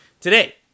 Today